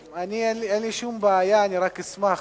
אין לי שום בעיה, אני רק אשמח